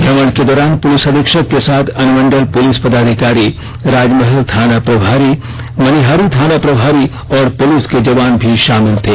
भ्रमण के दौरान पुलिस अधीक्षक के साथ अनुमंडल पुलिस पदाधिकारी राजमहल थाना प्रभारी मनिहारी थाना प्रभारी और पुलिस के जवान भी शामिल थे